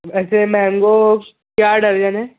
ویسے مینگوز کیا ڈرجن ہیں